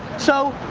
so,